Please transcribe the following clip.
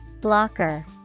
Blocker